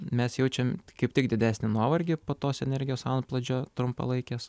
mes jaučiam kaip tik didesnį nuovargį po tos energijos antplūdžio trumpalaikės